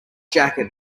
jacket